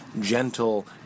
gentle